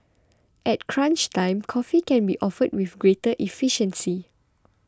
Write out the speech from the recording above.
at crunch time coffee can be offered with greater efficiency